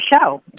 show